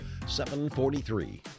743